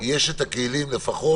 לממשלה יש את הכלים לפחות